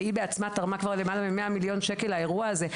והיא בעצמה תרמה כבר למעלה מ-100 מיליון ש"ח לאירוע הזה,